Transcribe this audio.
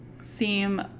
seem